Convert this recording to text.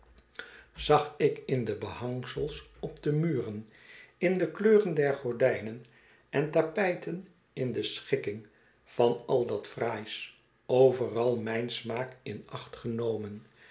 zag ik in de behangsels op de muren in de kleuren der gordijnen en tapijten in de schikking van al dat fraais overal m ij n smaak in acht genomen